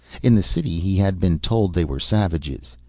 in the city he had been told they were savages.